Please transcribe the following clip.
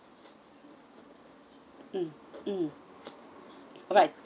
mm alright